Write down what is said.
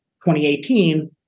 2018